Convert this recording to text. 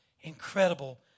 incredible